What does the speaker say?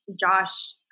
Josh